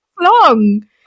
long